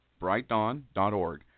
brightdawn.org